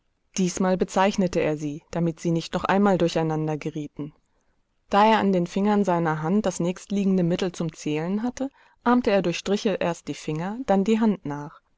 diesmal bezeichnete er sie damit sie nicht noch einmal durcheinandergerieten da er an den fingern seiner hand das nächstliegende mittel zum zählen hatte ahmte er durch striche erst die finger dann die hand nach